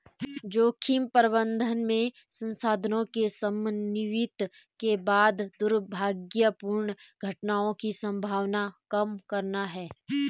जोखिम प्रबंधन में संसाधनों के समन्वित के बाद दुर्भाग्यपूर्ण घटनाओं की संभावना कम करना है